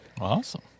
awesome